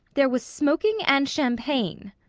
there was smoking and champagne.